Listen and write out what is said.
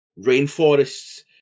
rainforests